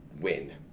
win